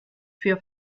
für